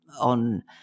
on